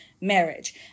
marriage